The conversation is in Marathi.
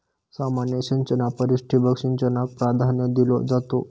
सामान्य सिंचना परिस ठिबक सिंचनाक प्राधान्य दिलो जाता